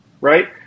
Right